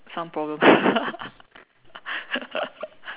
some problem